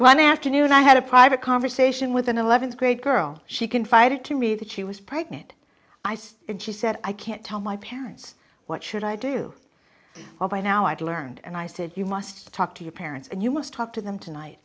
one afternoon i had a private conversation with an eleventh grade girl she confided to me that she was pregnant i sed and she said i can't tell my parents what should i do or by now i'd learned and i said you must talk to your parents and you must talk to them tonight